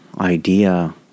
idea